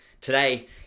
Today